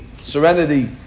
serenity